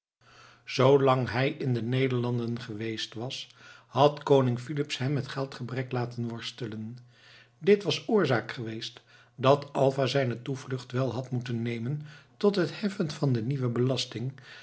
zoolang hij in de nederlanden geweest was had koning filips hem met geldgebrek laten worstelen dit was oorzaak geweest dat alva zijne toevlucht wel had moeten nemen tot het heffen van de nieuwe belasting